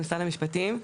משרד המשפטים.